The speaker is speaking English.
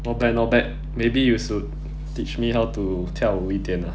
not bad not bad maybe you should teach me how to 跳舞一点 ah